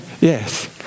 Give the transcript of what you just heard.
Yes